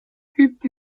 gibt